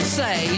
say